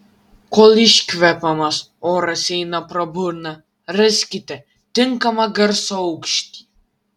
kol iškvepiamas oras eina pro burną raskite tinkamą garso aukštį